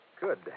Good